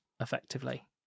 effectively